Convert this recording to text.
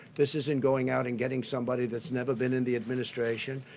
this isn't going out and getting somebody that's never been in the administration.